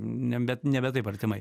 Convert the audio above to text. ne bet nebe taip artimai